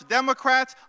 Democrats